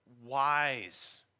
wise